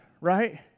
right